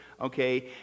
Okay